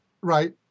Right